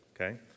Okay